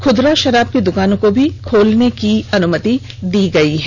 खुदरा षराब की दुकानों को भी खोलने की अनुमति दी गई है